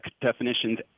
definitions